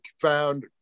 found